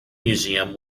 museum